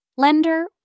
lender